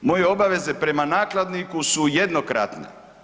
Moje obaveze prema nakladniku su jednokratne.